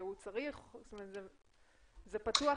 זה פתוח לכולם?